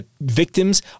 victims